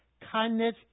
kindness